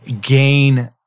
gain